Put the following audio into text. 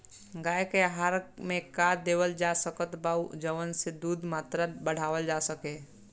गाय के आहार मे का देवल जा सकत बा जवन से दूध के मात्रा बढ़ावल जा सके?